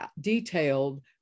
detailed